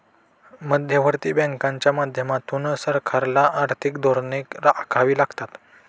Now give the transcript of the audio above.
मध्यवर्ती बँकांच्या माध्यमातून सरकारला आर्थिक धोरणे आखावी लागतात